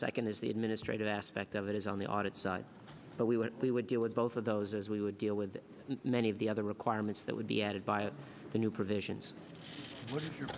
second is the administrative aspect of it is on the audit side but we were we would deal with both of those as we would deal with many of the other requirements that would be added by it the new provision